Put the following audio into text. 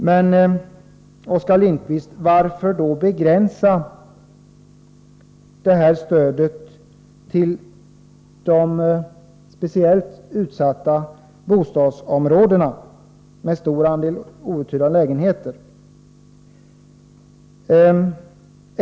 Men, Oskar Lindkvist: Varför då begränsa stödet till de speciellt utsatta bostadsområdena med stor andel outhyrda lägenheter?